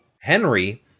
Henry